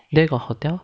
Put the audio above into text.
there got hotel